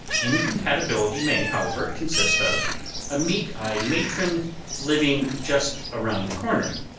incompatibility may, however, consist of a meek-eyed matron living just around the corner.